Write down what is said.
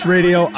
Radio